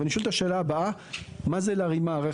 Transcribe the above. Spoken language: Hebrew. ואני שואל את השאלה הבאה מה זה להרים מערכת?